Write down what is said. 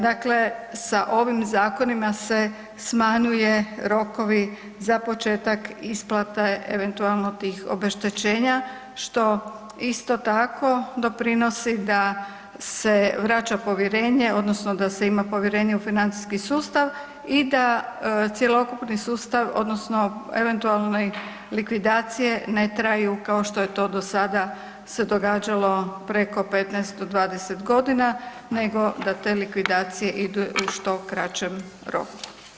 Dakle, sa ovim zakonima se smanjuje rokovi za početak isplate eventualno tih obeštećenja što isto tako doprinosi da se vraća povjerenje odnosno da se ima povjerenje u financijski sustav i da cjelokupni sustav odnosno eventualne likvidacije ne traju kao što je to do sada se događalo preko 15 do 20 godina nego da te likvidacije idu u što kraćem roku.